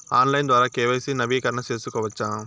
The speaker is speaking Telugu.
ఆన్లైన్ ద్వారా కె.వై.సి నవీకరణ సేసుకోవచ్చా?